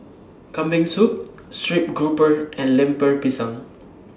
Kambing Soup Stream Grouper and Lemper Pisang